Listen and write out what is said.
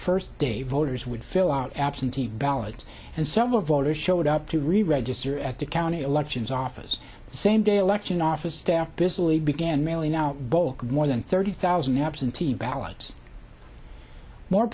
first day voters would fill out absentee ballots and some of voters showed up to reregister at the county elections office the same day election office staff busily began mailing out bulk more than thirty thousand absentee ballots more